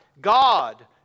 God